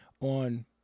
on